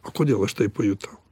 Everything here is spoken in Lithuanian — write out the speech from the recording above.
o kodėl aš tai pajutau